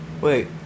Wait